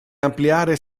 ampliare